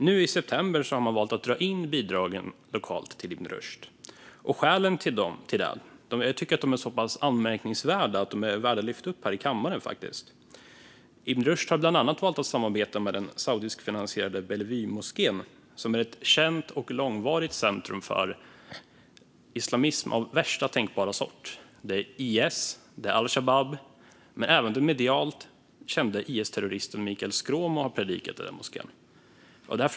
Nu i september har man valt att dra in de lokala bidragen till Ibn Rushd. Skälen till det tycker jag är så pass anmärkningsvärda att de är värda att lyfta upp här i kammaren. Ibn Rushd har bland annat valt att samarbeta med den saudiskfinansierade Bellevuemoskén, som sedan länge är ett känt centrum för islamism av värsta tänkbara sort. Det är IS. Det är al-Shabab. Även den medialt kände IS-terroristen Michael Skråmo har predikat i den moskén.